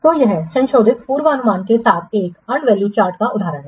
तो यह संशोधित पूर्वानुमान के साथ एक अर्नड वैल्यू चार्ट का उदाहरण है